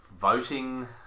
voting